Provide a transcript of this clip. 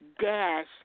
dash